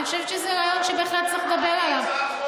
אני חושבת שזה רעיון שבהחלט צריך לדבר עליו.